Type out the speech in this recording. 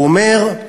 הוא אומר,